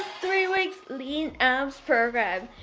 three weeks lean arms program.